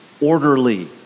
Orderly